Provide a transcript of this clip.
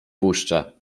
puszczę